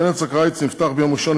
כנס הקיץ נפתח ביום ראשון,